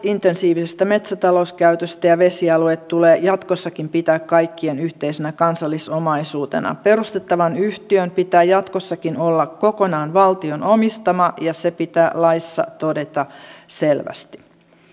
intensiivisestä metsätalouskäytöstä ja vesialueet tulee jatkossakin pitää kaikkien yhteisenä kansallisomaisuutena perustettavan yhtiön pitää jatkossakin olla kokonaan valtion omistama ja se pitää laissa todeta selvästi